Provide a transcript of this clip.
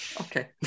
Okay